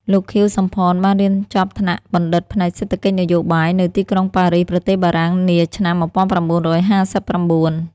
លោក ខៀវ សំផន បានរៀនចប់ថ្នាក់បណ្ឌិតផ្នែកសេដ្ឋកិច្ចនយោបាយ នៅទីក្រុងប៉ារីស ប្រទេសបារាំង នាឆ្នាំ ១៩៥៩ ។